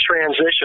transition